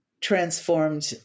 transformed